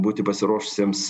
būti pasiruošusiems